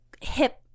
Hip